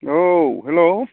औ हेलौ